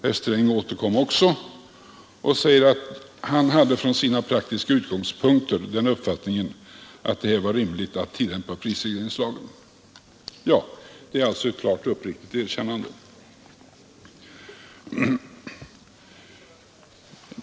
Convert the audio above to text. Herr Sträng återkom också och sade att han från sina praktiska utgångspunkter hade den uppfattningen att det var rimligt att här tillämpa prisregleringslagen. Detta var alltså ett klart och uppriktigt erkännande.